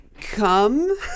Come